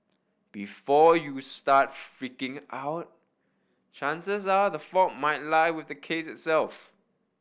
before you start freaking out chances are the fault might lie with the case itself